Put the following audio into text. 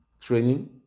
training